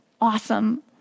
awesome